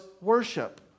worship